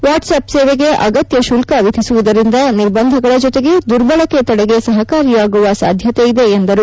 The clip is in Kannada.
ವಾಟ್ಸ್ಆಪ್ ಸೇವೆಗೆ ಅಗತ್ತ ಶುಲ್ಲ ವಿಧಿಸುವುದರಿಂದ ನಿರ್ಬಂಧಗಳ ಜೊತೆಗೆ ದುರ್ಬಳಕೆ ತಡೆಗೆ ಸಹಕಾರಿಯಾಗುವ ಸಾಧ್ಯತೆ ಇದೆ ಎಂದರು